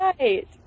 right